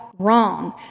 wrong